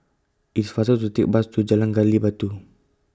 IT IS faster to Take The Bus to Jalan Gali Batu